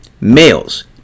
males